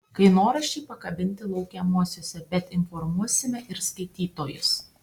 kainoraščiai pakabinti laukiamuosiuose bet informuosime ir skaitytojus